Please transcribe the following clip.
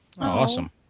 Awesome